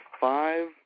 five